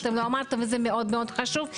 לא אמרתם, וזה מאוד מאוד חשוב.